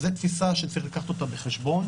אז זו תפיסה שצריך לקחת אותה בחשבון,